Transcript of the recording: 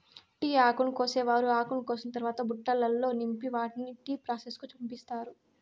tea ఆకును కోసేవారు ఆకును కోసిన తరవాత బుట్టలల్లో నింపి వాటిని టీ ప్రాసెస్ కు పంపిత్తారు